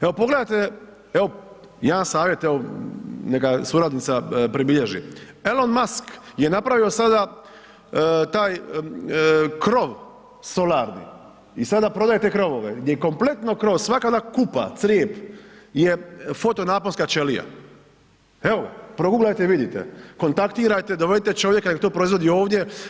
Evo pogledajte, evo jedan savjet neka suradnica pribilježi, Elon Musk je napravio sada taj krov solarni i sada prodaje te krovove, gdje je kompletno krov, svaka ona kupa, crijep je fotonaponska ćelija, evo ga proguglajte i vidite, kontaktirajte, dovedite čovjeka nek to proizvodi ovdje.